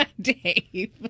Dave